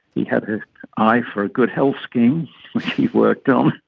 he had an eye for a good health scheme, which he worked on.